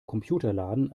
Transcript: computerladen